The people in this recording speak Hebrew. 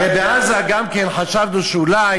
הרי גם בעזה חשבנו שאולי,